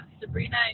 sabrina